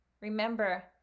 remember